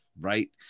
right